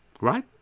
right